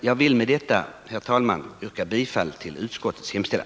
Jag vill med detta, herr talman, yrka bifall till utskottets hemställan.